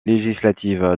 législative